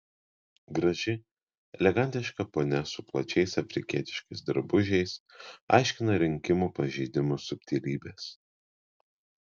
graži elegantiška ponia su plačiais afrikietiškais drabužiais aiškina rinkimų pažeidimų subtilybes